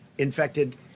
Infected